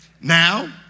Now